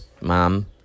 mom